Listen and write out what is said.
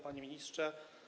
Panie Ministrze!